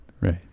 right